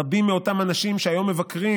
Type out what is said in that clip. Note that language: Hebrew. רבים מאותם אנשים שהיום מבקרים